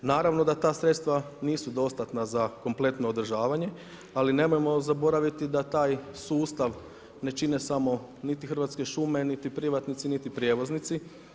Naravno da ta sredstva nisu dostatna za kompletno održavanje, ali nemojmo zaboraviti da taj sustav ne čine samo niti Hrvatske šume, niti privatnici, niti prijevoznici.